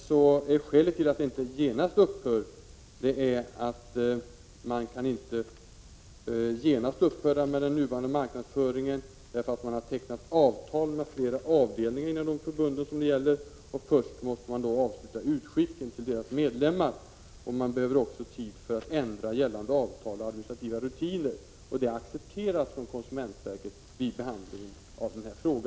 Jag kan till Sten Andersson i Malmö bara ge den hänvisningen att det skäl som angivits till att den nuvarande marknadsföringen inte kan upphöra omedelbart är att man har tecknat avtal med flera avdelningar inom de berörda förbunden. Man måste ha tid för att avsluta utskicken till dessas medlemmar och behöver också tid för att ändra avtal och administrativa rutiner. Detta har accepterats av konsumentverket vid dess behandling av denna fråga.